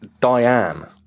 Diane